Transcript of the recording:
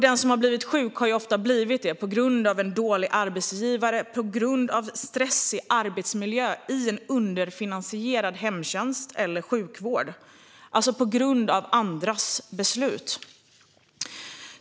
Den som har blivit sjuk har dessutom ofta blivit det på grund av en dålig arbetsgivare och på grund av stressig arbetsmiljö i en underfinansierad hemtjänst eller sjukvård - det vill säga på grund av andras beslut.